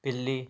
ਬਿੱਲੀ